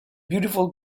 beautiful